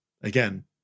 again